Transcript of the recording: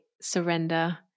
Surrender